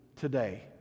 today